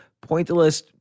pointless